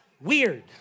weird